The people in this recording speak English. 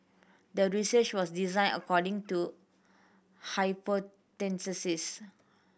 the research was designed according to